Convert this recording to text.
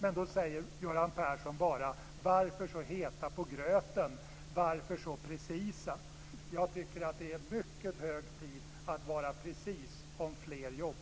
Då frågar Göran Persson bara varför vi är så heta på gröten och varför vi är så precisa. Jag tycker att det är mycket hög tid att vara precis om fler jobb.